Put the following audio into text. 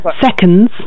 seconds